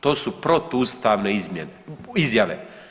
To su protuustavne izmjene, izjave.